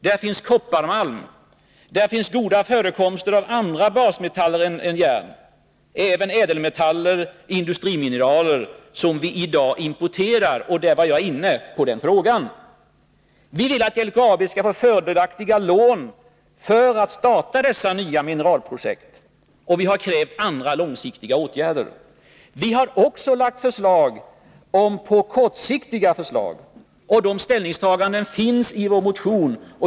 Där finns kopparmalm, goda förekomster av andra basmetaller än järn, även ädelmetaller och industrimineraler, som vi i dag importerar. På den frågan var jag inne tidigare. Vi vill att LKAB skall få fördelaktiga lån för att starta dessa nya mineralprojekt. Vi har även krävt andra långsiktiga åtgärder, och vi har lagt fram kortsiktiga förslag. Dessa ställningstaganden finns i vår motion.